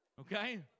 Okay